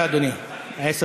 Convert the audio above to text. עשר